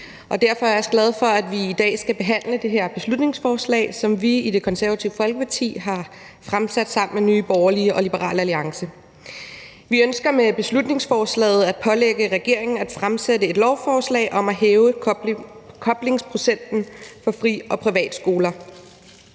derfor er jeg også glad for, at vi i dag skal behandle det her beslutningsforslag, som vi i Det Konservative Folkeparti har fremsat sammen med Nye Borgerlige og Liberal Alliance. Vi ønsker med beslutningsforslaget at pålægge regeringen at fremsætte et lovforslag om at hæve koblingsprocenten for fri- og privatskoler.